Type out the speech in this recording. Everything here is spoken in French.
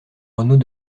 renaud